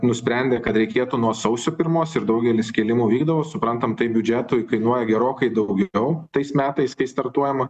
nusprendė kad reikėtų nuo sausio pirmos ir daugelis kėlimų vykdavo suprantam tai biudžetui kainuoja gerokai daugiau tais metais kai startuojama